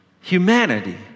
humanity